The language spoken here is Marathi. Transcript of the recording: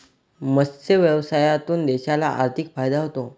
मत्स्य व्यवसायातून देशाला आर्थिक फायदा होतो